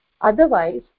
Otherwise